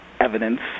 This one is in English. evidence